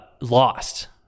lost